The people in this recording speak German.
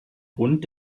grund